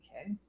okay